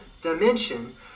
dimension